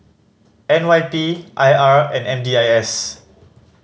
N Y P I R and M D I S